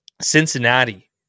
Cincinnati